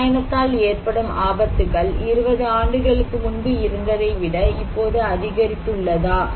ரசாயனத்தால் ஏற்படும் ஆபத்துகள் 20 ஆண்டுகளுக்கு முன்பு இருந்ததைவிட இப்போது அதிகரித்துள்ளதா